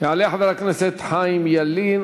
יעלה חבר הכנסת חיים ילין,